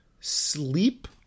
sleep